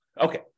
Okay